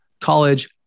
college